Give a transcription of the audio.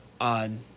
on